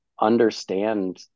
understand